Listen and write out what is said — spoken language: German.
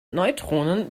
neutronen